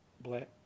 Black